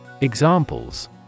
Examples